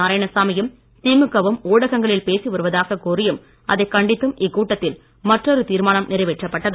நாராயணசாமியும் திமுகவும் ஊடகங்களில் பேசிவருவாதாக கூறியும் அதை கண்டித்தும் இக்கூட்டத்தில் மற்றொரு தீர்மானம் நிறைவேற்றப்பட்டது